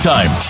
Time